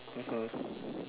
mmhmm